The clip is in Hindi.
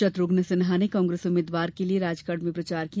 शत्रुघन सिन्हा ने कांग्रेस उम्मीदवार के लिए राजगढ़ में प्रचार किया